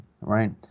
right